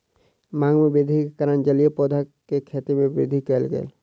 मांग में वृद्धि के कारण जलीय पौधा के खेती में वृद्धि कयल गेल